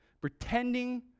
Pretending